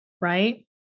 Right